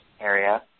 area